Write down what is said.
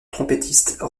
trompettiste